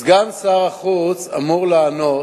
סגן שר החוץ אמור לענות.